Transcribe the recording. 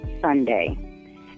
Sunday